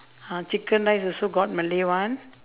uh chicken rice also got malay one